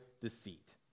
deceit